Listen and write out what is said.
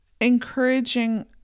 encouraging